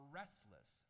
restless